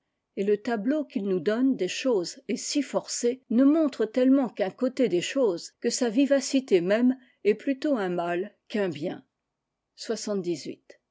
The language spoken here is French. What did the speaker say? et le tableau qu'ils nous donnent des choses est si forcé ne montre tellement qu'un côté des choses que sa vivacité même est plutôt un mal qu'un bien